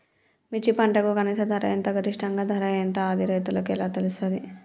మిర్చి పంటకు కనీస ధర ఎంత గరిష్టంగా ధర ఎంత అది రైతులకు ఎలా తెలుస్తది?